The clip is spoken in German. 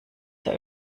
der